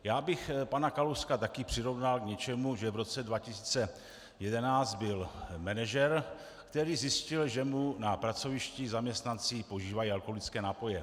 Já bych pana Kalouska také přirovnal k něčemu, že v roce 2011 byl manažer, který zjistil, že mu na pracovištích zaměstnanci požívají alkoholické nápoje.